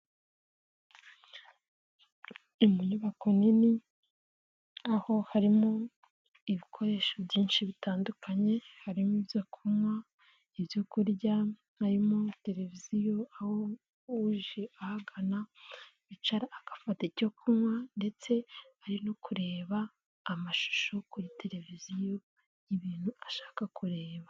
Mu nyubako nini aho harimo ibikoresho byinshi bitandukanye harimo: ibyo kunywa, ibyo kurya, harimo televiziyo. Aho uje ahagana yicara agafata icyo kunywa ndetse ari no kureba amashusho kuri televiziyo y'ibintu ashaka kureba.